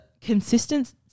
consistency